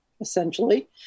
essentially